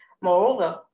Moreover